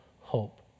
hope